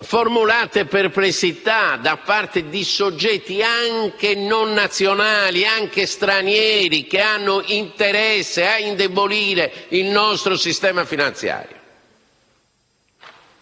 formulate perplessità da parte di soggetti, anche non nazionali, anche stranieri, che hanno interesse a indebolire il nostro sistema finanziario.